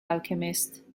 alchemist